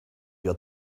your